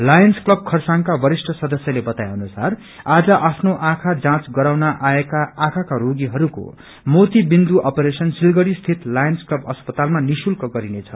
Lions Club खरसाङका वरिष्ठ सदस्यले बताए अनुसार आज आफ्नो आखाँ जाँच गराउन आएका आखाँका रोगीहरूको मोतीबिन्दु अपरेशन सिलगड़ीस्थित लायन्स क्लब अस्पतालमा निश्चुल्क गरिनेछ